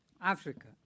Africa